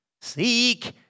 Seek